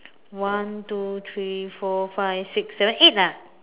one two three four five six seven eight ah